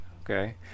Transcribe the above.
Okay